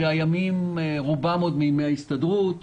רובם עוד מימי ההסתדרות,